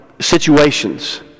situations